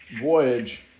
voyage